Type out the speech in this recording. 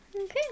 Okay